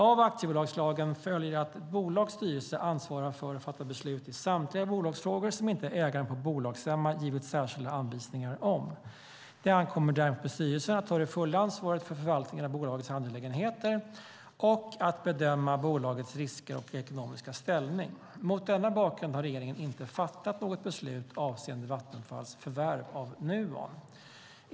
Av aktiebolagslagen följer att ett bolags styrelse ansvarar för och fattar beslut i samtliga bolagsfrågor som inte ägaren på bolagsstämma givit särskilda anvisningar om. Det ankommer därmed på styrelsen att ta det fulla ansvaret för förvaltningen av bolagets angelägenheter och att bedöma bolagets risker och ekonomiska ställning. Mot denna bakgrund har regeringen inte fattat något beslut avseende Vattenfalls förvärv av Nuon.